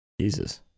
Jesus